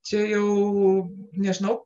čia jau nežinau